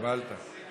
קיבלת.